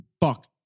Fuck